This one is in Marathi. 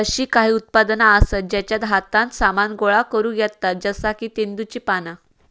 अशी काही उत्पादना आसत जेच्यात हातान सामान गोळा करुक येता जसा की तेंदुची पाना